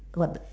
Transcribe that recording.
what